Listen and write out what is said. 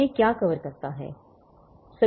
अब यह क्या कवर करता है